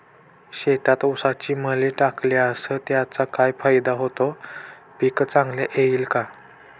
शेतात ऊसाची मळी टाकल्यास त्याचा काय फायदा होतो, पीक चांगले येईल का?